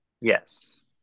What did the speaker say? Yes